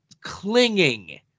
clinging